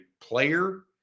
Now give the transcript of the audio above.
player